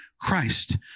Christ